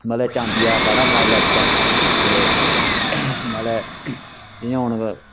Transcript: मतलब ऐ चांदी दा कड़ा बनाई लैता ते मतलब ऐ जियां हून